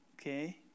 okay